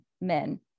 men